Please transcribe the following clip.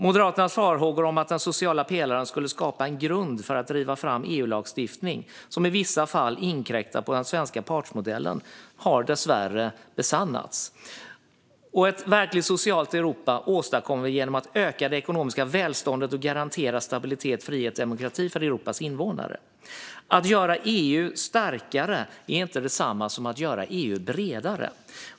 Moderaternas farhågor om att den sociala pelaren skulle skapa en grund för att driva fram EU-lagstiftning som i vissa fall inkräktar på den svenska partsmodellen har dessvärre besannats. Ett verkligt socialt Europa åstadkommer vi genom att öka det ekonomiska välståndet och garantera stabilitet, frihet och demokrati för Europas invånare. Att göra EU starkare är inte detsamma som att göra EU bredare.